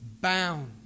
bound